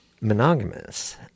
monogamous